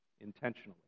intentionally